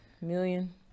million